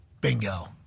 Bingo